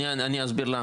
אסביר למה.